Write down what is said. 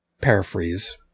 paraphrase